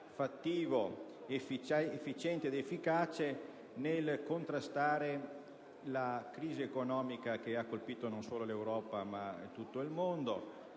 fattivo, efficiente ed efficace nel contrastare la crisi economica che ha colpito non solo l'Europa, ma tutto il mondo;